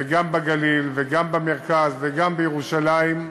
וגם בגליל, גם במרכז וגם בירושלים,